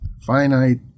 finite